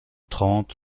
trente